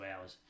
hours